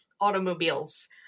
automobiles